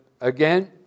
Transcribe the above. again